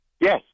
Yes